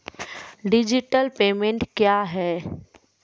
Digital payment क्या हैं?